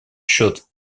счет